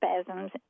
spasms